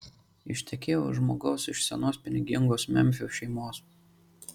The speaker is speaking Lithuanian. ištekėjo už žmogaus iš senos pinigingos memfio šeimos